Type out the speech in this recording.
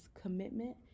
commitment